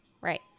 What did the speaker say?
Right